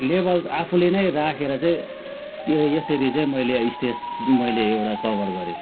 level आफूले नै राखेर चाहिँ यो यसरी चाहिँ मैले स्टेज मैले एउटा कभर गरेँ